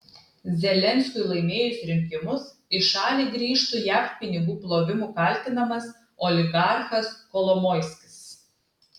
zelenskiui laimėjus rinkimus į šalį grįžtų jav pinigų plovimu kaltinamas oligarchas kolomoiskis